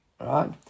right